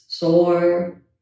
Sore